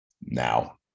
now